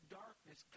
darkness